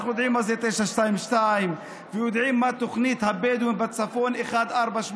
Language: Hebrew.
אנחנו יודעים מה זה 922 ויודעים מהי תוכנית הבדואים בצפון 1480,